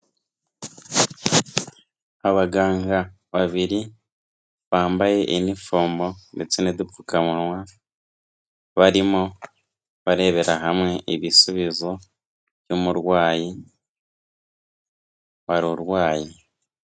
Abaganga babiri bambaye inifomu ndetse n'udupfukamunwa barimo barebera hamwe ibisubizo by'umurwayi wari urwaye.